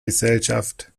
gesellschaft